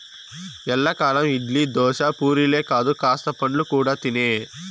ఎల్లకాలం ఇడ్లీ, దోశ, పూరీలే కాదు కాస్త పండ్లు కూడా తినే